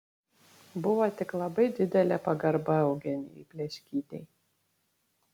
buvo tik labai didelė pagarba eugenijai pleškytei